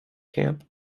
camp